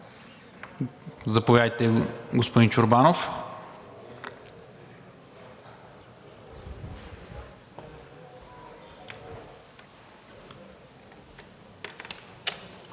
Заповядайте, господин Чорбанов.